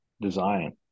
design